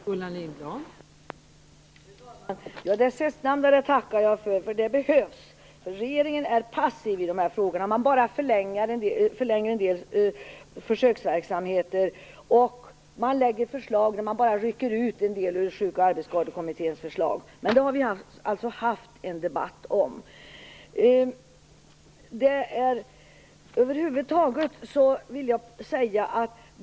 Fru talman! Det sistnämnda tackar jag för, för det behövs. Regeringen är passiv i dessa frågor. Man bara förlänger en del försöksverksamheter, och man lägger fram förslag där man bara har ryckt ut delar ur Sjuk och arbetsskadekommitténs förslag. Men det har vi alltså haft en debatt om.